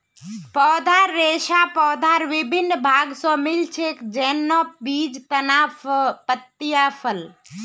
पौधार रेशा पौधार विभिन्न भाग स मिल छेक, जैन न बीज, तना, पत्तियाँ, फल